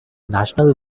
national